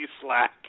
slack